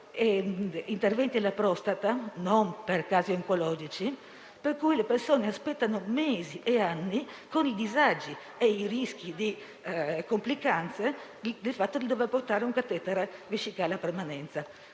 - interventi alla prostata - non per casi oncologici - per cui le persone aspettano mesi, anche anni, con i disagi e i rischi di complicanze dovute al fatto di dover portare un catetere vescicale a permanenza.